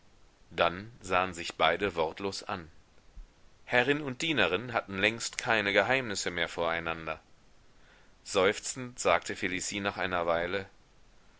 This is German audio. dann sahen sich beide wortlos an herrin und dienerin hatten längst keine geheimnisse mehr voreinander seufzend sagte felicie nach einer weile